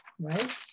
right